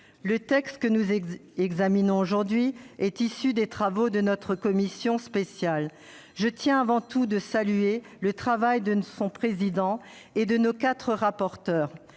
Le texte que nous examinons aujourd'hui est issu des travaux de notre commission spéciale. Je tiens avant tout à saluer le travail de son président et de nos quatre rapporteurs.